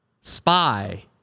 spy